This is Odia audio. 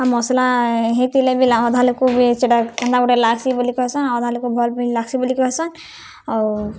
ଆଉ ମସ୍ଲା ହେଇଥିଲେ ବି ଆଉ ଅଧା ଲୋକ୍କୁ ବି ସେଟା କେନ୍ତା ଗୁଟେ ଲାଗ୍ସି ବୋଲି କହେସନ୍ ଅଧା ଲୋକ୍କୁ ଭଲ୍ ବି ଲାଗ୍ସି ବୋଲି କହେସନ୍ ଆଉ